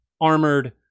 armored